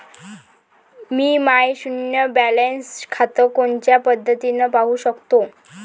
मी माय शुन्य बॅलन्स खातं कोनच्या पद्धतीनं पाहू शकतो?